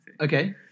Okay